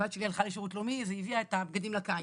הבת שלי הלכה לשירות לאומי אז היא הביאה את הבגדים לקיץ.